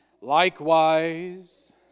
Likewise